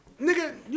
Nigga